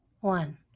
one